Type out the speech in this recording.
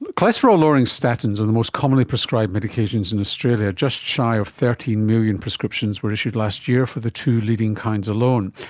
but cholesterol lowering statins are the most commonly prescribed medications in australia, just shy of thirteen million prescriptions were issued last year for the two leading kinds alone.